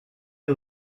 des